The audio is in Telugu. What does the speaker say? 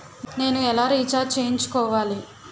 నేను ఎలా రీఛార్జ్ చేయించుకోవాలి?